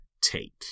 take